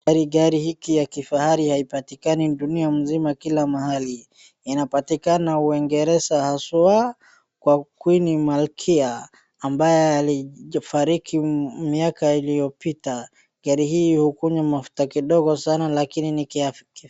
Gari hiki ya kifahari haipatikani dunia nzima kila mahali. Inapatikana uingereza haswa kwa queen malkia ambaye alifariki miaka iliyopita. Gari hii hukunywa mafuta kidogo sana lakini.